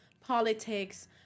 politics